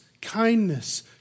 kindness